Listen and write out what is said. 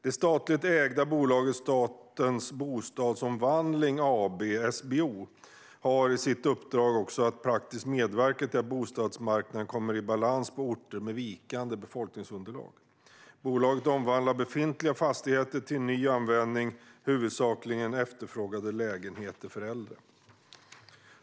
Det statligt ägda bolaget Statens Bostadsomvandling AB, SBO, har i sitt uppdrag att praktiskt medverka till att bostadsmarknaden kommer i balans på orter med vikande befolkningsunderlag. Bolaget omvandlar befintliga fastigheter till ny användning, huvudsakligen efterfrågade lägenheter för äldre.